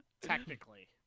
Technically